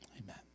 amen